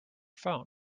phone